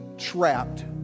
trapped